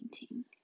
painting